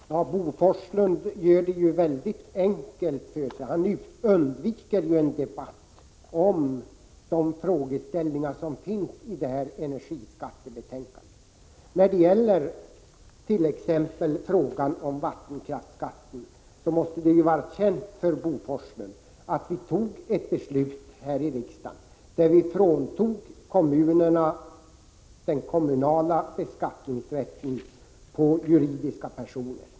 Herr talman! Bo Forslund gör det mycket enkelt för sig. Han undviker en debatt om de frågeställningar som finns i detta energiskattebetänkande. Det måste ju vara känt för honom att riksdagen fattade ett beslut om vattenkraftsskatten och fråntog kommunerna deras beskattningsrätt beträffande juridiska personer.